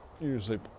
usually